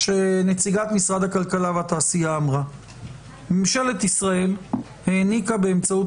שנציגת משרד הכלכלה והתעשייה אמרה: ממשלת ישראל העניקה באמצעות